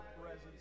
presence